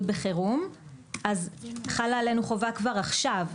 בחירום אז חלה עלינו חובה כבר עכשיו,